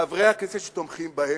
חברי הכנסת שתומכים בהם,